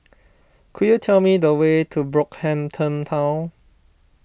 could you tell me the way to Brockhampton Town